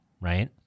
right